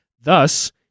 Thus